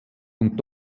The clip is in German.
und